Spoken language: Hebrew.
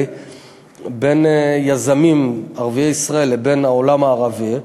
בין יזמים ערביי ישראל לבין העולם הערבי,